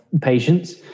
patients